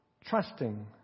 trusting